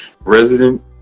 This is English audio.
Resident